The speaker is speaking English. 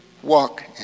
Walk